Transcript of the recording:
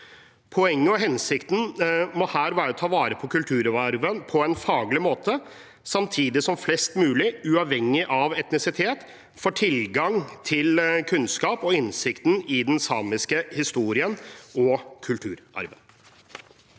Poenget og hensikten må være å ta vare på kulturarven på en faglig måte, samtidig som flest mulig, uavhengig av etnisitet, får tilgang til kunnskap om og innsikt i den samiske historien og kulturarven.